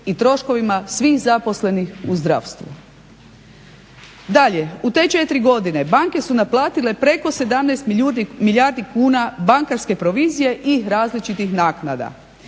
i troškovima svih zaposlenih u zdravstvu. Dalje, u te četiri godine banke su naplatile preko 17 milijardi kuna bankarske provizije i različitih naknada.